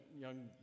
young